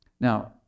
Now